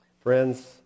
Friends